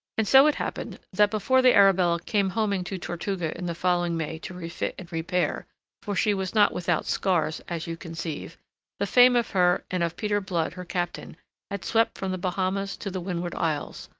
and so it happened that before the arabella came homing to tortuga in the following may to refit and repair for she was not without scars, as you conceive the fame of her and of peter blood her captain had swept from the bahamas to the windward isles,